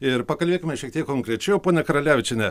ir pakalbėkime šiek tiek konkrečiau ponia karalevičiene